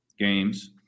games